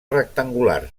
rectangular